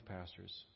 pastors